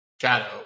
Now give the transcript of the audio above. Shadow